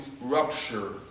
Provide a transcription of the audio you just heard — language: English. rupture